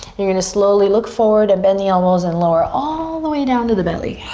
you're gonna slowly look forward and bend the elbows and lower all the way down to the belly.